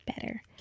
better